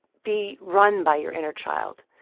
be run by your inner child.